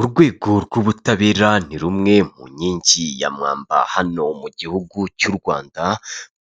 Urwego rw'ubutabera ni rumwe mu nkingi ya mwamba hano mu gihugu cy'u Rwanda